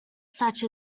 such